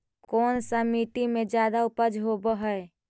कोन सा मिट्टी मे ज्यादा उपज होबहय?